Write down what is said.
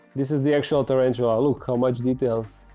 this is the actual tarantula. look how much details